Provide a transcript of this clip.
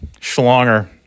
schlonger